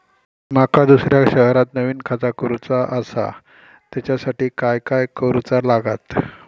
माका दुसऱ्या शहरात नवीन खाता तयार करूचा असा त्याच्यासाठी काय काय करू चा लागात?